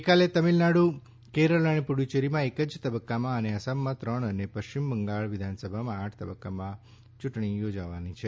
ગઇકાલે તમિળનાડુ કેરળ અને પુફ્ય્યેરીમાં એક જ તબક્કામાં અને આસામમાં ત્રણ અને પશ્ચિમ બંગાળ વિધાનસભામાં આઠ તબક્કામાં યૂંટણી યોજાઇ હતી